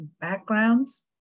backgrounds